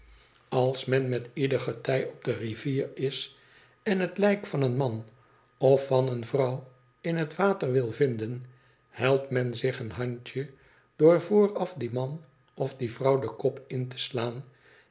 als men met ieder getij op de rivier is en het lijk van een man of van eene vrouw in het water wil vinden helpt men zich een handje door vooraf die man of die vrouw den kop in te slaan